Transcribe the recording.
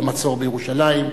במצור בירושלים,